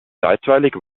zeitweilig